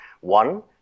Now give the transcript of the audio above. One